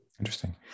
Interesting